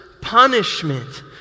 punishment